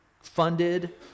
funded